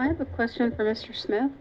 i have a question for mr smith